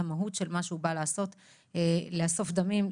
המהות של מה שהוא בא לעשות לאסוף דמים,